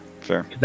fair